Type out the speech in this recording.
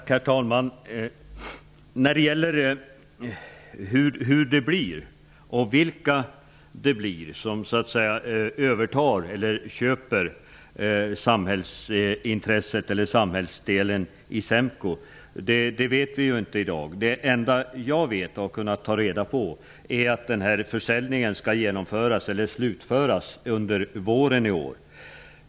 Herr talman! Tack! I dag vet vi inte vilka som så att säga övertar eller köper samhällsintresset i SEMKO. Det enda jag har kunnat ta reda på är att försäljningen skall slutföras under våren.